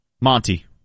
Monty